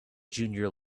junior